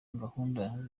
gahunda